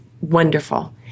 wonderful